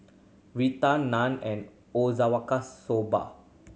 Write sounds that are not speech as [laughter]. Raita Naan and [unintelligible] Soba